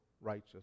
righteous